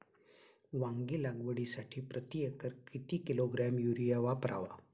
वांगी लागवडीसाठी प्रती एकर किती किलोग्रॅम युरिया वापरावा?